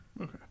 Okay